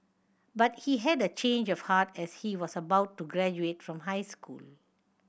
but he had a change of heart as he was about to graduate from high school